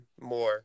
more